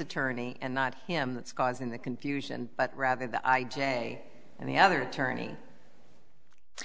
attorney and not him that's causing the confusion but rather the j and the other attorney